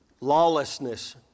lawlessness